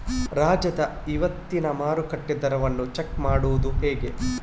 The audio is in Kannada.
ರಾಜ್ಯದ ಇವತ್ತಿನ ಮಾರುಕಟ್ಟೆ ದರವನ್ನ ಚೆಕ್ ಮಾಡುವುದು ಹೇಗೆ?